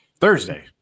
Thursday